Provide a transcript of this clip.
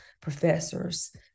professors